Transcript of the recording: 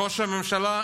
ראש הממשלה,